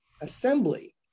assembly